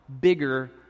bigger